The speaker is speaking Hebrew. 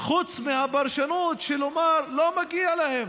חוץ מהפרשנות של לומר: לא מגיע להם.